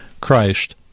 Christ